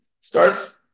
starts